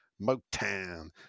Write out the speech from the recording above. Motown